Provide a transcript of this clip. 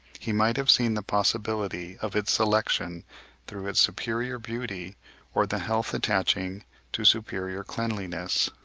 he might have seen the possibility of its selection through its superior beauty or the health attaching to superior cleanliness.